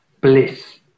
bliss